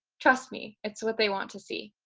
trust me, it's what they want to see.